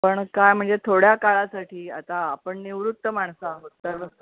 पण काय म्हणजे थोड्या काळासाठी आता आपण निवृत्त माणसं आहोत तर